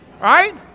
Right